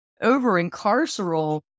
over-incarceral